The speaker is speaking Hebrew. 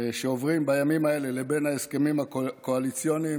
שעוברים בימים האלה לבין ההסכמים הקואליציוניים